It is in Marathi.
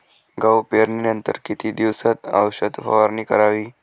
गहू पेरणीनंतर किती दिवसात औषध फवारणी करावी?